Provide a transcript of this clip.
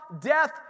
death